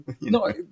no